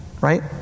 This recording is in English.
Right